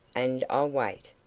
and i'll wait.